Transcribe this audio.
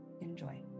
Enjoy